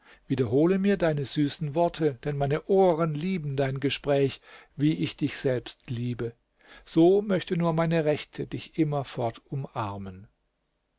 wiederhole mir deine süßen worte denn meine ohren lieben dein gespräch wie ich dich selbst liebe so möchte nur meine rechte dich immerfort umarmen